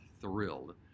thrilled